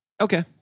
okay